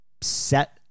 set